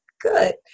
Good